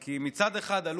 כי מצד אחד עלו פה,